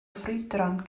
ffrwydron